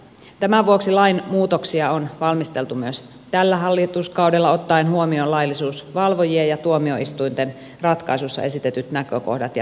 tämän vuoksi lain muutoksia on valmisteltu myös tällä hallituskaudella ottaen huomioon laillisuusvalvojien ja tuomioistuinten ratkaisuissa esitetyt näkökohdat ja perustuslain vaatimukset